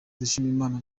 dushimimana